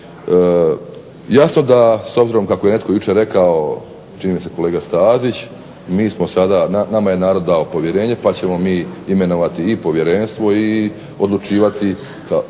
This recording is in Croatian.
Jasno da s obzirom kako je netko jučer rekao, čini mi se kolega Stazić, nama je narod dao povjerenje pa ćemo mi imenovati i povjerenstvo i odlučivati,